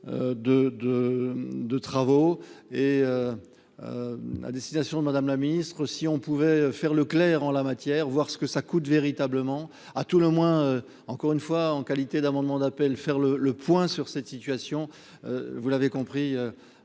de travaux et à destination de Madame la Ministre, si on pouvait faire le clair en la matière, voir ce que ça coûte véritablement à tout le moins, encore une fois, en qualité d'amendements d'appel faire le le point sur cette situation, vous l'avez compris